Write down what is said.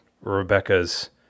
Rebecca's